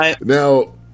Now